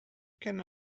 can